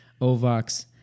Ovox